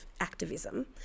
activism